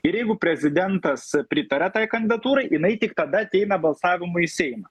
ir jeigu prezidentas pritaria tai kandidatūrai jinai tik tada ateina balsavimui į seimą